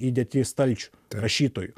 įdėti į stalčių rašytojų